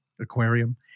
aquarium